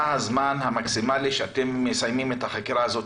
מה הזמן המקסימלי שאתם מסיימים את החקירה הזאת,